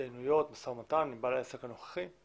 התדיינויות ומשא ומתן עם בעל העסק הנוכחי.